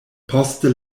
poste